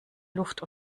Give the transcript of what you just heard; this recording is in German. luft